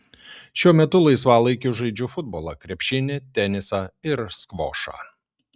šiuo metu laisvalaikiu žaidžiu futbolą krepšinį tenisą ir skvošą